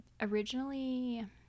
originally